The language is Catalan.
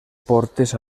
portes